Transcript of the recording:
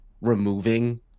removing